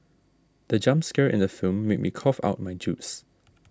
the jump scare in the film made me cough out my juice